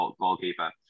goalkeeper